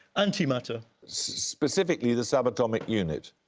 antimatter. specifically the subatomic unit?